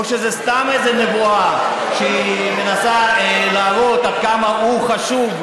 או שזה סתם איזו נבואה שמנסה להראות עד כמה הוא חשוב,